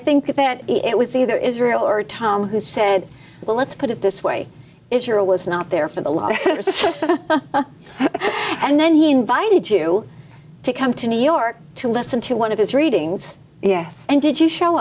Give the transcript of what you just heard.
think that it was either israel or tom who said well let's put it this way if you're a was not there for the law and then he invited you to come to new york to listen to one of his readings yes and did you show